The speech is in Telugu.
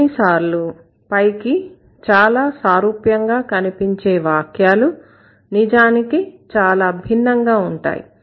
కొన్నిసార్లు పైకి చాలా సారూప్యంగా కనిపించే వాక్యాలు నిజానికి చాలా భిన్నంగా ఉంటాయి